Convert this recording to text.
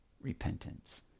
repentance